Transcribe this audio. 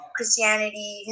Christianity